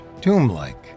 tomb-like